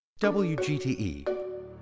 WGTE